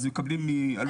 אז מקבלים מעלות.